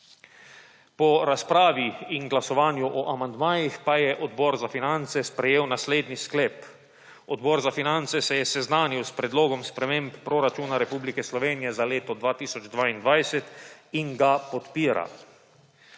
Po razpravi in glasovanju o amandmajih pa je Odbor za finance sprejel naslednji sklep: Odbor za finance se je seznanil s Predlogom sprememb proračuna Republike Slovenije za leto 2022 in ga podpira.